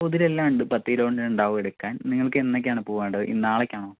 പൂ ഇതിലെല്ലാം ഉണ്ട് പത്തുകിലോ തന്നെണ്ടാവും എടുക്കാൻ നിങ്ങൾക്ക് എന്നേയ്ക്കാണ് പൂവ് വേണ്ടത് ഇ നാളേക്കാണോ